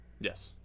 Yes